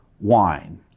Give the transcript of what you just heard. wine